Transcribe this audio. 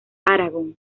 aragón